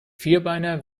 vierbeiner